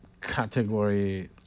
category